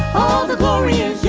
all the glory is